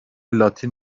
لاتین